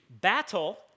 battle